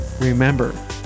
Remember